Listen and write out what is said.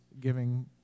giving